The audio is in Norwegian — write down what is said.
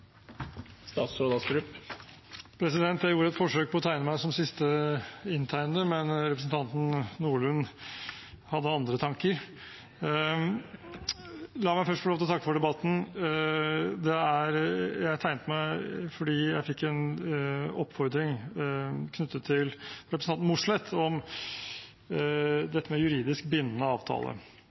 men representanten Nordlund hadde andre tanker. La meg først få lov til å takke for debatten. Jeg tegnet meg fordi jeg fikk en oppfordring fra representanten Mossleth knyttet til dette med juridisk bindende avtale.